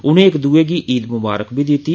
उनें इक दुए गी ईद मुबारक बी दित्ती